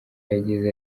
yagize